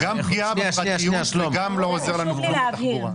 זה גם פגיעה בפרטיות וגם לא עוזר לנו בתחום התחבורה.